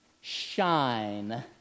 shine